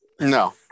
No